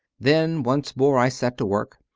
then once more i set to work.